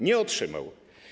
Nie otrzymał.